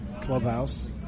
Clubhouse